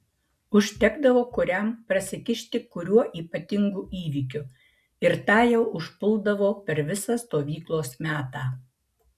užtekdavo kuriam prasikišti kuriuo ypatingu įvykiu ir tą jau užpuldavo per visą stovyklos metą